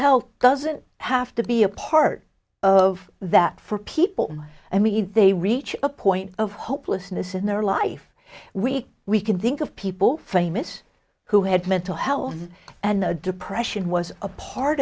health doesn't have to be a part of that for people i mean they reach a point of hopelessness in their life we we can think of people famous who had mental health and the depression was a part